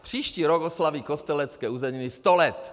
Příští rok oslaví Kostelecké uzeniny sto let.